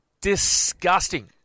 Disgusting